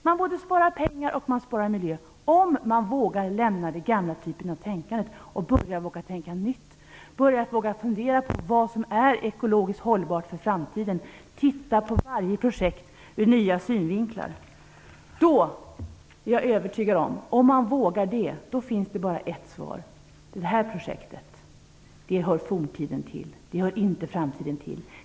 Man skulle spara pengar och man skulle spara miljön, om man vågade lämna den gamla typen av tänkande, om man vågade börja tänka nytt, om man vågade börja tänka på vad som är ekologiskt hållbart för framtiden och titta på varje projekt ur nya synvinklar. Om man vågade det är jag övertygad om att det finns bara ett svar: Det här projektet hör forntiden till - det hör inte framtiden till.